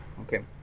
okay